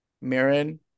Marin